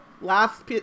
last